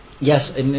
Yes